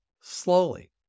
Slowly